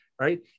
right